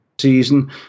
season